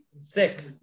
sick